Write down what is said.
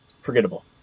forgettable